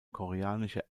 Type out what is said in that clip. koreanische